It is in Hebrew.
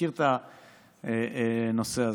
מכיר את הנושא הזה.